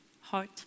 heart